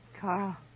Carl